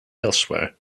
elsewhere